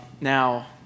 Now